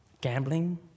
gambling